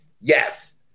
Yes